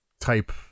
type